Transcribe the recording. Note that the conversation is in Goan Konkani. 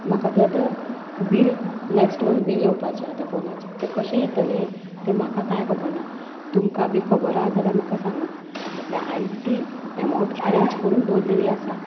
म्हाका ते आतां बील नॅक्स्ट मंत बील येवपाचें आहा त्या फोनाचे तें कशें येतले ते म्हाका कांय खबर ना तुमकां बी खबर आहा जाल्यार म्हाका सांगा म्हटल्यार हांयेन ती एमावंट अरेंज करून दवरलेली आसा